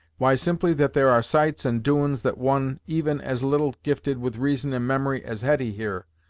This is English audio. why, simply that there are sights and doin's that one even as little gifted with reason and memory as hetty here,